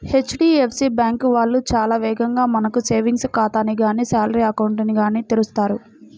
HDFC bank వాళ్ళు చాలా వేగంగా మనకు సేవింగ్స్ ఖాతాని గానీ శాలరీ అకౌంట్ ని గానీ తెరుస్తారు